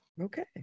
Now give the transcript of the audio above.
Okay